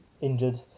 injured